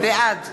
בעד